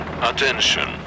attention